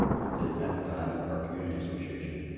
they had met with the highland park community association,